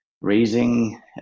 Raising